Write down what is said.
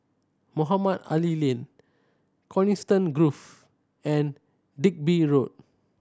Mohamed Ali Lane Coniston Grove and Digby Road